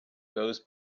goes